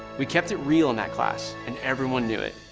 we kept it real in that class and everyone knew it.